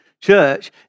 church